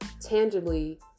tangibly